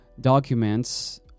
documents